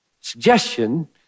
suggestion